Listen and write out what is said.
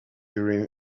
urim